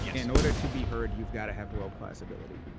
yeah in order to be heard, you've got to have world-class ability.